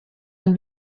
ein